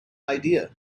idea